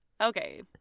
Okay